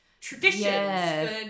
traditions